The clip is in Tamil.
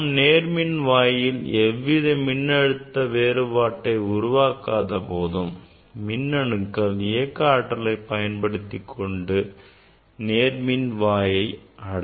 நாம் நேர்மின்வாயில் எவ்வித மின்னழுத்த வேறுபாட்டை உருவாக்காத போதும் மின்னணுக்கள் இயக்க ஆற்றலை பயன்படுத்திக்கொண்டு நேர்மின்வாயை வந்தடையும்